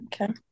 Okay